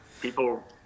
people